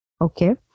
Okay